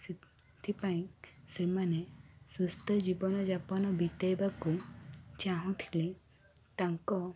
ସେଥିପାଇଁ ସେମାନେ ସୁସ୍ଥ ଜୀବନ ଯାପନ ବିତେଇବାକୁ ଚାହୁଁଥିଲେ ତାଙ୍କ